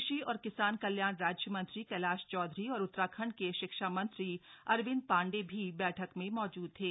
कृषि और किसान कल्याण राज्य मंत्री कैलाश चौधरी और उत्तराखंड के शिक्षा मंत्री अरविंद पांडे भी बैठक में मौजूद थे